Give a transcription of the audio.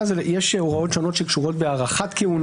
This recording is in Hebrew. לגבי מינוי של שופט לבית המשפט העליון כתבנו שזה יהיה על דעת רוב חבריה.